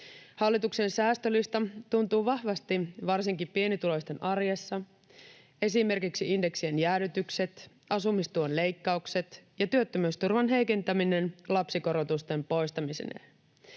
Hallituksen säästölista tuntuu vahvasti varsinkin pienituloisten arjessa: esimerkiksi indeksien jäädytykset, asumistuen leikkaukset ja työttömyysturvan heikentäminen lapsikorotusten poistamisineen.